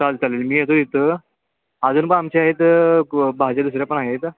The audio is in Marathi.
चालेल चालेल मी येतो तिथं अजून प आमचे आहेत भाज्या दुसऱ्या पण आहेत